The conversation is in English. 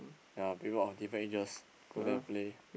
ya people of different ages go there play